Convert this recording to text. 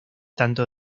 tanto